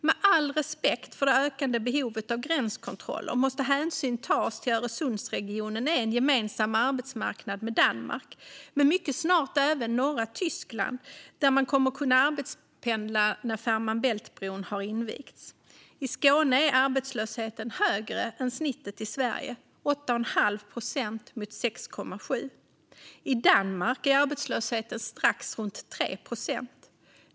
Med all respekt för det ökade behovet av gränskontroller måste hänsyn tas till att Öresundsregionen är en gemensam arbetsmarknad med Danmark och mycket snart även norra Tyskland, dit man kommer att kunna arbetspendla när Fehmarn Bält-förbindelsen har invigts. I Skåne är arbetslösheten högre än snittet i Sverige - 8,5 procent mot 6,7. I Danmark är arbetslösheten runt 3 procent.